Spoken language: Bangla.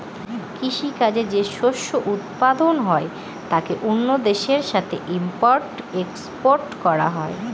কৃষি কাজে যে শস্য উৎপাদন হয় তাকে অন্য দেশের সাথে ইম্পোর্ট এক্সপোর্ট করা হয়